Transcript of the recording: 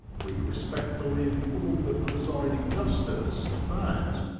we respectfully informed the pre siding justice that,